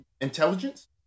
intelligence